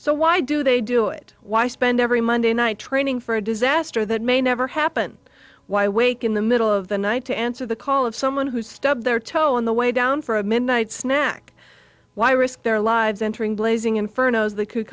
so why do they do it why spend every monday night training for a disaster that may never happen why wake in the middle of the night to answer the call of someone who stub their toe on the way down for a midnight snack why risk their lives entering blazing inferno they could